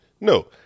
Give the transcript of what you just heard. No